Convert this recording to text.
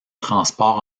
transports